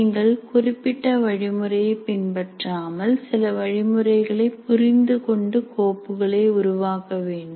நீங்கள் குறிப்பிட்ட வழிமுறையை பின்பற்றாமல் சில வழிமுறைகளை புரிந்துகொண்டு கோப்புகளை உருவாக்க வேண்டும்